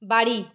বাড়ি